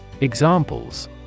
Examples